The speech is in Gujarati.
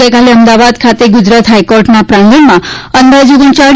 ગઈકાલે અમદાવાદ ખાતે ગુજરાત હાઈકોર્ટના પ્રાંગણમાં અંદાજે રૂા